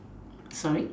sorry